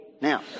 Now